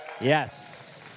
Yes